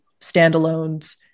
standalones